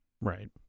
Right